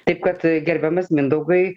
taip kad gerbiamas mindaugai